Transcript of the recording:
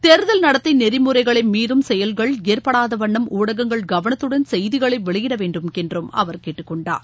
தேர்தல் நடத்தை நெறிமுறைகளை மீறும் செயல்கள் ஏற்படாத வண்ணம் ஊடகங்கள் கவனத்துடன் செய்திகளை வெளியிட வேண்டும் என்றும் அவர் கேட்டுக் கொண்டார்